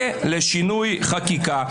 ולשינוי חקיקה.